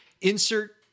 insert